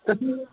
कऽ